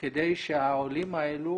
כדי שהעולים האלה